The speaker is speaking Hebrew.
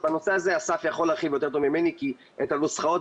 בנושא הזה אסף יכול להרחיב יותר טוב ממני כי את הנוסחות,